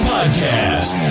Podcast